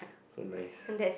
so nice